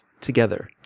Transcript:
together